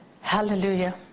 hallelujah